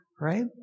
right